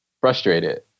frustrated